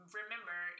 remember